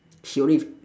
he only